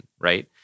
right